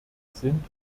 sind